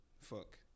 fuck